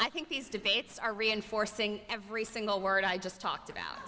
i think these debates are reinforcing every single word i just talked about